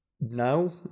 no